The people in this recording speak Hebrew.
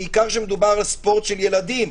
בעיקר כשמדובר על ספורט של ילדים.